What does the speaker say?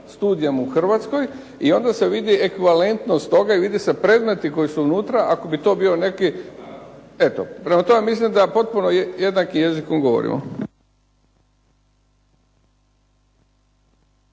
studijom u Hrvatskoj i onda se vidi ekvivalentnost toga i vidi se predmeti koji su unutra ako bi to bio neki, eto. Prema tome, mislim da potpuno jednakim jezikom govorimo.